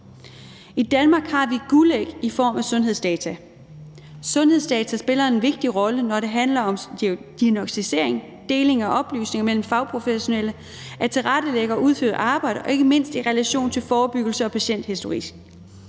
I Danmark har vi et guldæg i form af sundhedsdata. Sundhedsdata spiller en vigtig rolle, når det handler om diagnosticering, deling af oplysninger mellem fagprofessionelle, tilrettelæggelse og udførelse af arbejde og ikke mindst i relation til forebyggelse og patienthistorik.